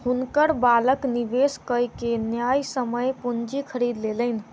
हुनकर बालक निवेश कय के न्यायसम्य पूंजी खरीद लेलैन